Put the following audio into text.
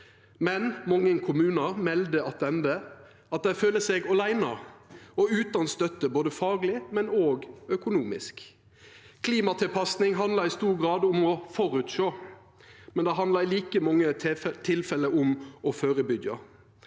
mange kommunar attende at dei føler seg åleine og utan støtte, både fagleg og økonomisk. Klimatilpassing handlar i stor grad om å føresjå, men det handlar i like mange tilfelle om å førebyggja.